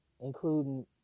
including